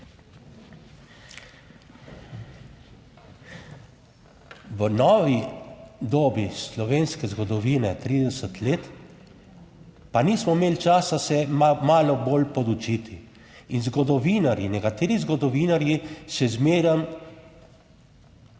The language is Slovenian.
V novi dobi slovenske zgodovine, 30 let, pa nismo imeli časa se malo bolj podučiti in zgodovinarji, nekateri zgodovinarji še zmeraj,